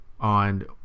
on